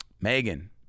Megan